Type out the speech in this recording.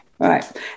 Right